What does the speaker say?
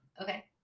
Okay